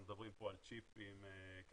אנחנו מדברים על צ'יפ עם 32k,